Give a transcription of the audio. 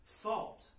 thought